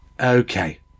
Okay